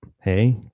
Hey